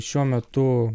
šiuo metu